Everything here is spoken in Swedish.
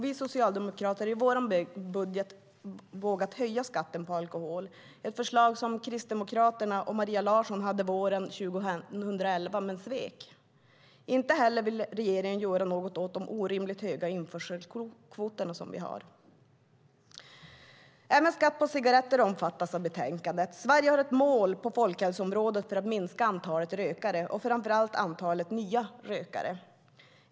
Vi socialdemokrater har i vår budget vågat höja skatten på alkohol. Det är ett förslag som Kristdemokraterna och Maria Larsson lade fram våren 2011 - men svek. Inte heller vill regeringen göra något åt de orimligt höga införselkvoterna. Även skatt på cigaretter omfattas av betänkandet. Sverige har ett mål på folkhälsoområdet för att minska antalet rökare, framför allt antalet nya rökare.